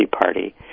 party